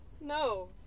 No